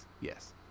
yes